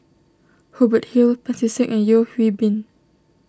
Hubert Hill Pancy Seng and Yeo Hwee Bin